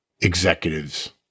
executive's